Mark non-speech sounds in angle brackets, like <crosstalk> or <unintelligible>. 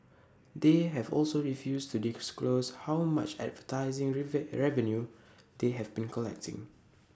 they have also refused to disclose how much advertising <unintelligible> revenue they have been collecting